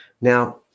Now